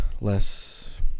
less